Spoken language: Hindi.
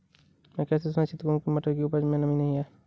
मैं कैसे सुनिश्चित करूँ की मटर की उपज में नमी नहीं है?